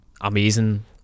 amazing